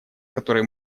которые